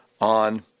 on